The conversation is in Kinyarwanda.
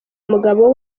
umugabo